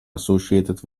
associated